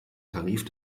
tarif